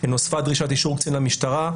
נוספה דרישות אישור קצין המשטרה,